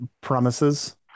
promises